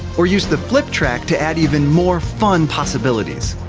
or use the flip track to add even more fun possibilities.